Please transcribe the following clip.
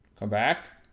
go back.